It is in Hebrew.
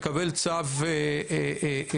מקבל צו זה.